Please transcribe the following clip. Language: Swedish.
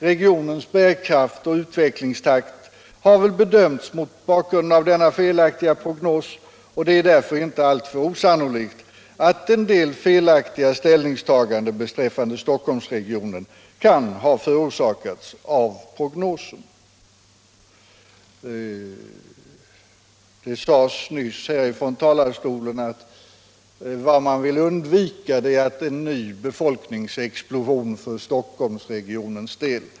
Regionens bärkraft och utvecklingstakt har väl bedömts mot bakgrund av denna felaktiga prognos, och det är därför inte alltför osannolikt att en del felaktiga ställningstaganden beträffande Stockholmsregionen kan ha förorsakats av prognosen. Det sades nyss här från talarstolen att vad man vill undvika är en ny befolkningsexplosion för Stockholmsregionens del.